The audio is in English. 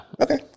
Okay